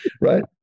right